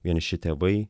vieniši tėvai